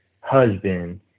husband